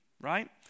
right